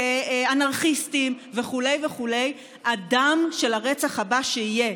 כאנרכיסטים וכו' וכו'; הדם של הרצח הבא שיהיה,